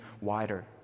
wider